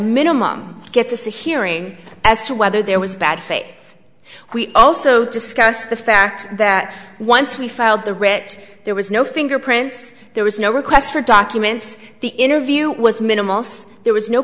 minimum gets us a hearing as to whether there was bad faith we also discussed the fact that once we filed the writ there was no fingerprints there was no request for documents the interview was minimal there was no